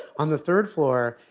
on the third floor,